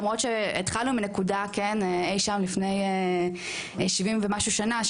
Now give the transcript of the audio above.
למרות שהתחלנו מנקודה אי שם לפני 70 ומשהו שנה,